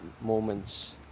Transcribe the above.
moments